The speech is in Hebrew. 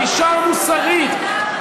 האישה המוסרית.